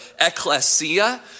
ecclesia